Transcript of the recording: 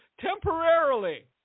temporarily